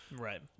Right